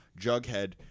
Jughead